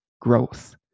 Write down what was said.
growth